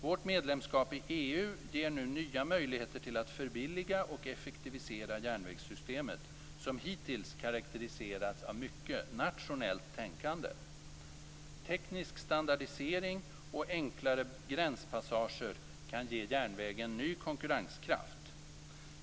Vårt medlemskap i EU ger nu nya möjligheter till att förbilliga och effektivisera järnvägssystemet, som hittills karakteriserats av mycket nationellt tänkande. Teknisk standardisering och enklare gränspassager kan ge järnvägen ny konkurrenskraft.